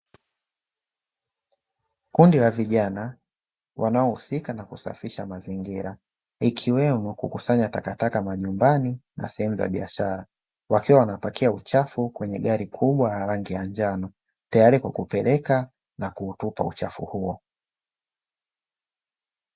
Kundi la vijana, wanaohusika na kusafisha mazingira, ikiwemo kukusanya takataka majumbani na sehemu za biashara, wakiwa wanapakia uchafu kwenye gari kubwa la rangi ya njano, tayari kwa kupeleka na kuutupa uchafu huo.